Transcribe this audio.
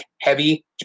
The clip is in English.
heavy